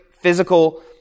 physical